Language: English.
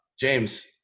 James